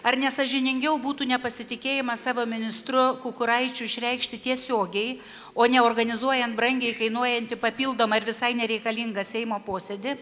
ar ne sąžiningiau būtų nepasitikėjimą savo ministru kukuraičiu išreikšti tiesiogiai o ne organizuojant brangiai kainuojantį papildomą ir visai nereikalingą seimo posėdį